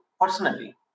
personally